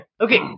okay